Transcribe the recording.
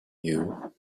you